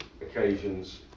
occasions